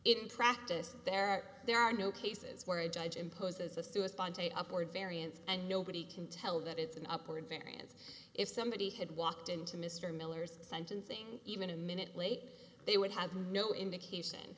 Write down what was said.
in practice there there are no cases where a judge imposes a suicide on tape upward variance and nobody can tell that it's an upward variance if somebody had walked into mr miller's sentencing even a minute late they would have no indication